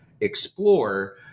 explore